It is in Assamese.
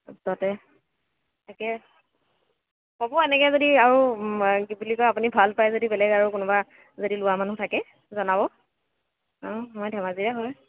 ওচৰতে তাকে ক'ব এনেকৈ যদি আৰু কি বুলি কয় আপুনি ভালপায় যদি বেলেগ আৰু কোনোবা যদি লোৱা মানুহ থাকে জনাব অঁ মই ধেমাজিৰে হয়